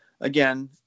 again